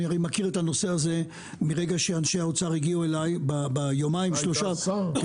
אני הרי מכיר את הנושא הזה מרגע שאנשי האוצר הגיעו אליי כשר החקלאות.